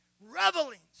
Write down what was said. revelings